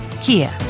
Kia